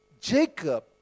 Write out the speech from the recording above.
Jacob